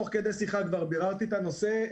תוך כדי שיחה כבר ביררתי את הנושא,